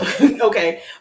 okay